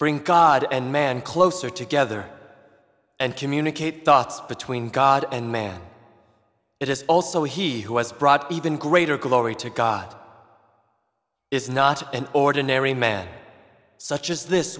bring god and man closer together and communicate thoughts between god and man it is also he who has brought even greater glory to god is not an ordinary man such as this